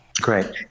Great